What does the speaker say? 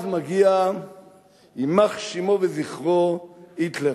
יימח שמו וזכרו, היטלר.